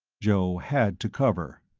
joe had to cover.